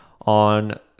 on